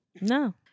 No